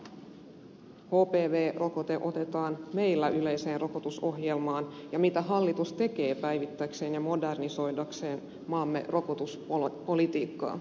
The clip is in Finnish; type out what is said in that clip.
koska hpv rokote otetaan meillä yleiseen rokotusohjelmaan ja mitä hallitus tekee päivittääkseen ja modernisoidakseen maamme rokotuspolitiikkaa